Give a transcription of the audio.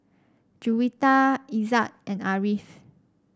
Juwita Izzat and Ariff